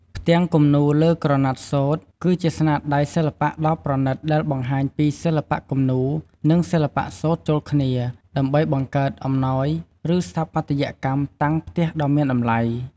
ផ្ទាំងគំនូរលើក្រណាត់សូត្រ គឺជាស្នាដៃសិល្បៈដ៏ប្រណិត ដែលបង្ហាញពីសិល្បៈគំនូរ និងសិល្បៈសូត្រចូលគ្នា ដើម្បីបង្កើតអំណោយ ឬស្ថាបត្យកម្មតាំងផ្ទះដ៏មានតម្លៃ។